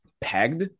pegged